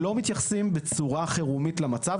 לא מתייחסים בצורה חירומית למצב,